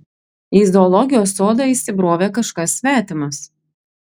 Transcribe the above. į zoologijos sodą įsibrovė kažkas svetimas